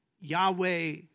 Yahweh